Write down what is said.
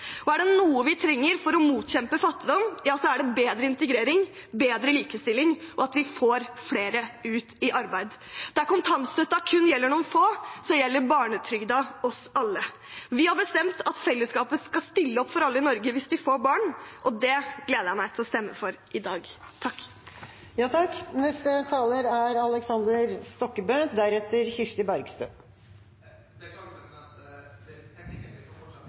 og for arbeidslinja. Og er det noe vi trenger for å motkjempe fattigdom, er det bedre integrering, bedre likestilling og å få flere ut i arbeid. Der kontantstøtten kun gjelder noen få, gjelder barnetrygden oss alle. Vi har bestemt at fellesskapet skal stille opp for alle i Norge hvis de får barn, og det gleder jeg meg til å stemme for i dag. På Høyres vakt styrket vi familienes økonomi og tok opp hansken mot barnefattigdom. Et av verktøyene for å gjøre det,